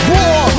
War